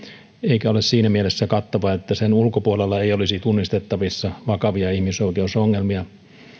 eikä ole siinä mielessä kattava että sen ulkopuolella ei olisi tunnistettavissa vakavia ihmisoikeusongelmia